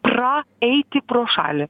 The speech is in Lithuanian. pra eiti pro šalį